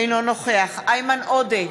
אינו נוכח איימן עודה,